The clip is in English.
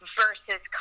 versus